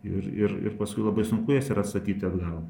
ir ir ir paskui labai sunku jas yra atstatyti atgal